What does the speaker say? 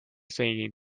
thinking